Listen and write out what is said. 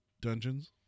dungeons